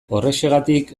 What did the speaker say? horrexegatik